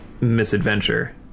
misadventure